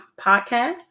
podcast